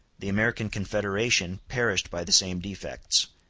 the american confederation perished by the same defects.